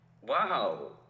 wow